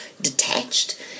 detached